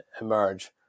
emerge